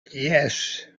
yes